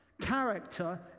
Character